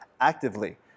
actively